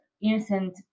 innocent